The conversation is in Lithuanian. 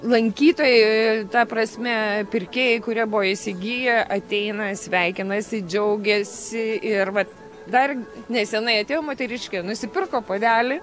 lankytojai i i ta prasme pirkėjai kurie buvo įsigiję ateina sveikinasi džiaugiasi ir vat dar nesenai atėjo moteriškė nusipirko puodelį